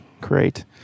great